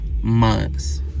months